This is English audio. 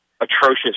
atrocious